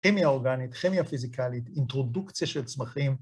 כימיה אורגנית, כימיה פיזיקלית, אינטרודוקציה של צמחים.